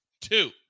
two